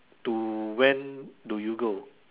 to when do you go